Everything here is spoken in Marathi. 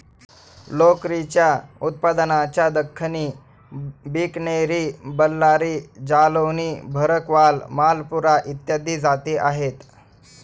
लोकरीच्या उत्पादनाच्या दख्खनी, बिकनेरी, बल्लारी, जालौनी, भरकवाल, मालपुरा इत्यादी जाती आहेत